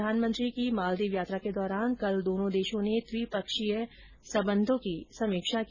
प्रधानमंत्री नरेन्द्र मोदी की मालदीव यात्रा के दौरान कल दोनों देशों ने द्विपक्षीय संबंधों की समीक्षा की